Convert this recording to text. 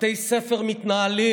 בתי ספר מתנהלים,